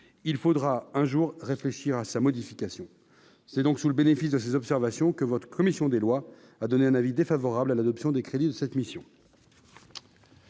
il faudra un jour réfléchir à sa modification, c'est donc sous le bénéfice de ces observations que votre commission des lois a donné un avis défavorable à l'adoption des crédits de cette mission.